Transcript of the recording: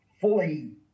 fully